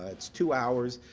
ah it's two hours.